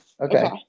okay